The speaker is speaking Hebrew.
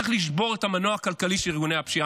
צריך לשבור את המנוע הכלכלי של ארגוני הפשיעה.